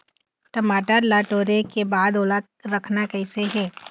टमाटर ला टोरे के बाद ओला रखना कइसे हे?